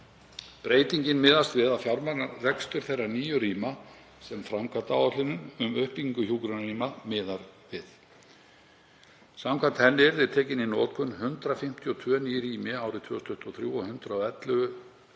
Breytingin miðast við að fjármagna rekstur þeirra nýju rýma sem framkvæmdaáætlunin um uppbyggingu hjúkrunarrýma miðar við. Samkvæmt henni yrðu tekin í notkun 152 ný rými árið 2023 og 111